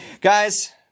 Guys